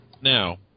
Now